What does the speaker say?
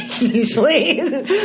usually